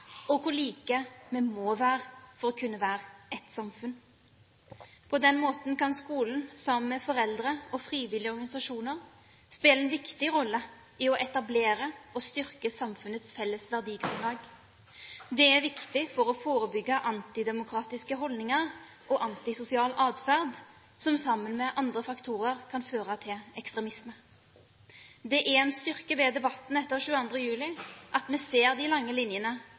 samfunn. På den måten kan skolen sammen med foreldre og frivillige organisasjoner spille en viktig rolle i å etablere og styrke samfunnets felles verdigrunnlag. Det er viktig for å forebygge antidemokratiske holdninger og antisosial atferd, som sammen med andre faktorer kan føre til ekstremisme. Det er en styrke ved debatten etter 22. juli at vi ser de lange linjene